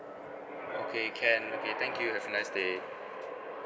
okay can okay thank you have a nice day